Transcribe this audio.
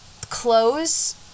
clothes